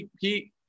Pete